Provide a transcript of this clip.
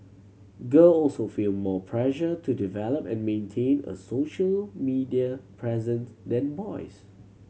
girl also feel more pressure to develop and maintain a social media presence than boys